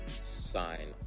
sign